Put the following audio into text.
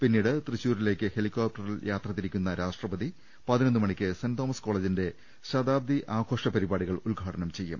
പിന്നീട് തൃശൂരിലേക്ക് ഹെലി കോപ്ടറിൽ യാത്ര തിരിക്കുന്ന രാഷ്ട്രപതി പതിനൊന്നു മണിക്ക് സെന്റ് തോമസ് കോളജിന്റെ ശതാബ്ദി ആഘോഷ പരിപാടികൾ ഉദ്ഘാടനം ചെയ്യും